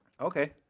Okay